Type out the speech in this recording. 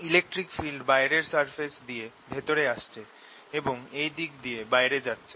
electric field বাইরের surface দিয়ে ভেতরে আসছে এবং এই দিক দিয়ে বাইরে যাচ্ছে